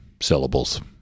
syllables